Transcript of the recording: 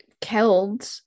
killed